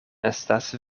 estas